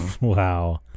Wow